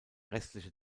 restliche